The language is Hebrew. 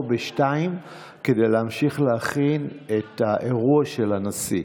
ב-14:00 כדי להמשיך להכין את האירוע של הנשיא.